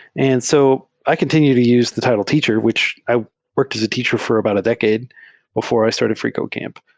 and so i continue to use the title teacher, which i worked as a teacher for about a decade before i started freecodecamp.